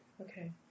Okay